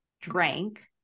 drank